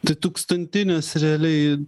tai tūkstantinės realiai